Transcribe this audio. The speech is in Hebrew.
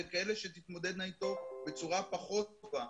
וכאלה שתתמודדנה אתו בצורה פחות טובה,